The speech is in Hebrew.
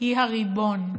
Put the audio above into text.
היא הריבון.